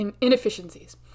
inefficiencies